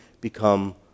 become